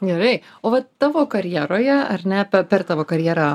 gerai o tavo karjeroje ar ne pe per tavo karjerą